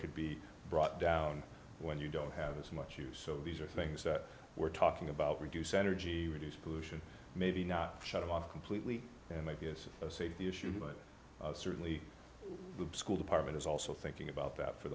could be brought down when you don't have as much use these are things that we're talking about reduce energy reduce pollution maybe not shut off completely you know maybe it's a safety issue but certainly the school department is also thinking about that for